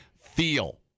feel